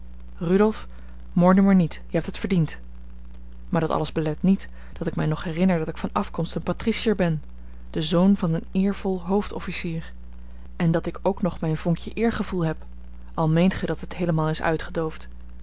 mor nu maar niet je hebt het verdiend maar dat alles belet niet dat ik mij nog herinner dat ik van afkomst een patriciër ben de zoon van een eervol hoofdofficier en dat ik ook nog mijn vonkje eergevoel heb al meent gij dat het heelemaal is uitgedoofd